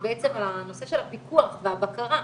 בעצם הנושא של הפיקוח והבקרה,